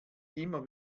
immer